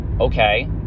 Okay